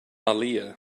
aaliyah